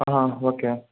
okay